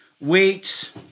Wait